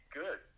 good